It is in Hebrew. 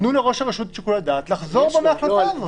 תנו לראש הרשות את שיקול הדעת לחזור בו מההחלטה הזאת.